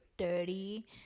Dirty